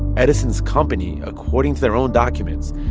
edison's company, according to their own documents,